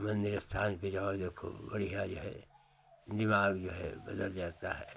मन्दिर स्थान पर जाओ जो खूब बढ़िया जो है दिमाग जो है बदल जाता है